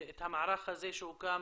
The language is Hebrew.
את המערך הזה שהוקם